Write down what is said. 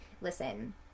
Listen